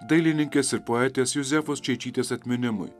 dailininkės ir poetės juzefos čeičytės atminimui